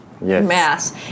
mass